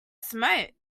smoke